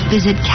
Visit